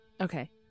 Okay